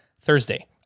Thursday